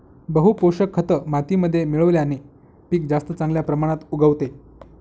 बहू पोषक खत मातीमध्ये मिळवल्याने पीक जास्त चांगल्या प्रमाणात उगवते